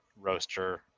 roaster